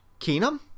Keenum